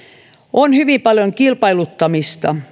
on hyvin paljon kilpailuttamista